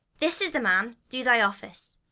this is the man do thy office.